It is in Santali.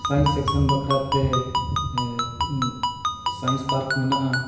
ᱥᱟᱭᱮᱱᱥ ᱥᱮᱠᱥᱚᱱ ᱵᱟᱠᱷᱨᱟᱛᱮ ᱥᱟᱭᱮᱱᱥ ᱯᱟᱨᱠ ᱢᱮᱱᱟᱜᱼᱟ